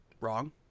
Wrong